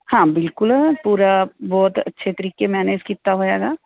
ਹਾਂ ਬਿਲਕੁਲ ਪੂਰਾ ਬਹੁਤ ਅੱਛੇ ਤਰੀਕੇ ਮੈਨੇਜ ਕੀਤਾ ਹੋਇਆ ਗਾ